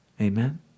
Amen